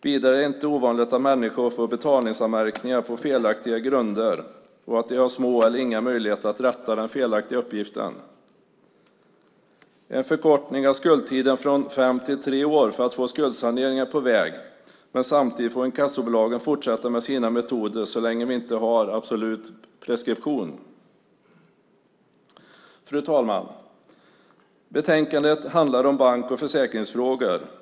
Vidare är det inte ovanligt att människor får betalningsanmärkningar på felaktiga grunder och för att de har små eller inga möjligheter att rätta den felaktiga uppgiften. En förkortning av skuldtiden från fem till tre år för att få skuldsanering är på väg, men samtidigt får inkassobolagen fortsätta med sina metoder så länge vi inte har en absolut preskription. Fru talman! Betänkandet handlar om bank och försäkringsfrågor.